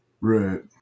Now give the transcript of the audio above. Right